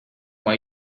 why